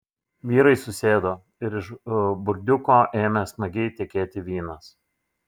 vyrai susėdo ir iš burdiuko ėmė smagiai tekėti vynas